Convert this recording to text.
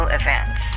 events